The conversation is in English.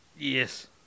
Yes